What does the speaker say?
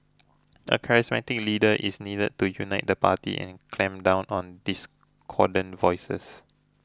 a charismatic leader is needed to unite the party and clamp down on discordant voices